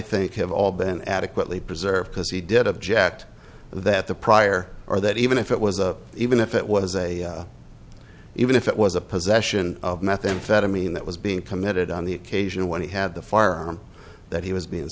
think have all been adequately preserved because he did object that the prior or that even if it was a even if it was a even if it was a possession of methamphetamine that was being committed on the occasion when he had the firearm that he was being